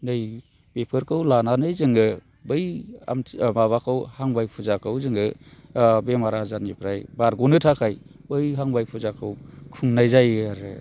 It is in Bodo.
नै बेफोरखौ लानानै जोङो बै आमथि माबाखौ हामबाय फुजाखौ जोङो बेमार आजारनिफ्राय बारग'नो थाखाय बै हामबाय फुजाखौ खुंनाय जायो आरो